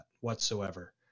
whatsoever